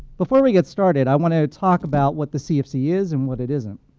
before we get started, i want to talk about what the cfc is and what it isn't.